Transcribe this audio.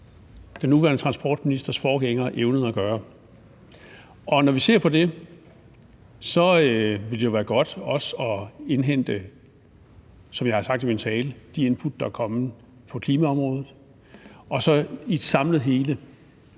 den nuværende transportministers forgænger evnede at gøre. Og når vi ser på det, ville det jo, som jeg har sagt i min tale, være godt også at indhente de input, der er kommet på klimaområdet, og så om et samlet hele